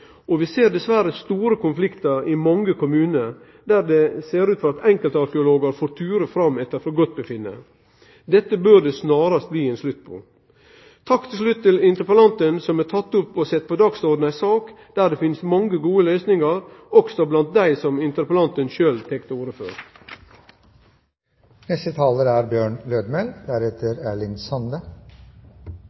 kommunane. Vi ser dessverre store konfliktar i mange kommunar der det ser ut til at enkelte arkeologar får ture fram slik dei sjølve finn for godt. Dette bør det snarast bli ein slutt på. Takk til slutt til interpellanten som har teke opp og sett på dagsordenen ei sak der det finst mange gode løysingar, også dei som interpellanten sjølv tek til orde